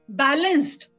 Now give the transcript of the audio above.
balanced